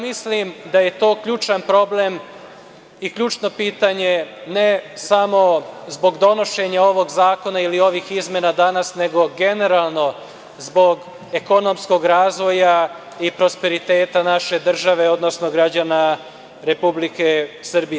Mislim da je to ključan problem i ključno pitanje, ne samo zbog donošenja ovog zakona ili ovih izmena danas, nego generalno zbog ekonomskog razvoja i prosperiteta naše države, odnosno građana Republike Srbije.